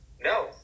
No